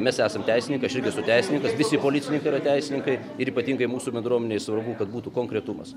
mes esam teisininkai aš irgi esu teisininkas visi policininkai yra teisininkai ir ypatingai mūsų bendruomenei svarbu kad būtų konkretumas